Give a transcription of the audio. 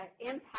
impact